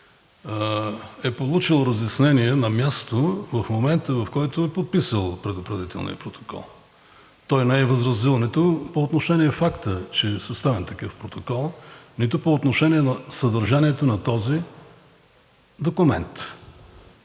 е получил разяснение на място в момента, в който е подписал предупредителния протокол. Той не е възразил нито по отношение на факта, че е съставен такъв протокол, нито по отношение на съдържанието на този документ.